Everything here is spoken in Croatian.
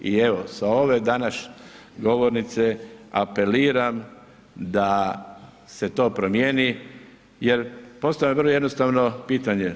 I evo, sa ove danas govornice apeliram da se to promjeni jer postoji vrlo jednostavno pitanje.